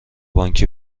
بانکی